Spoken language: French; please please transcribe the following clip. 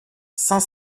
cinq